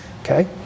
okay